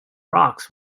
rocks